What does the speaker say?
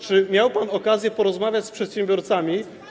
Czy miał pan okazję porozmawiać z przedsiębiorcami.